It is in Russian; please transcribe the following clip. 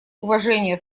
уважение